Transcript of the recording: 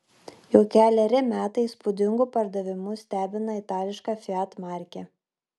jau keleri metai įspūdingu pardavimu stebina itališka fiat markė